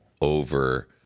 over